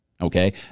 Okay